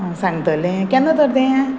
आं सांगतलें केन्ना तर तें